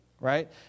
Right